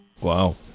Wow